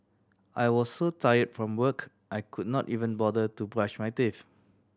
I was so tired from work I could not even bother to brush my teeth